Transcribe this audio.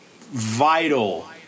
vital